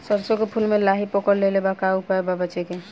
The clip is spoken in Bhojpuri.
सरसों के फूल मे लाहि पकड़ ले ले बा का उपाय बा बचेके?